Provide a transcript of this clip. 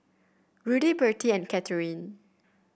Rudy Bertie and Katheryn